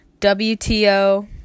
WTO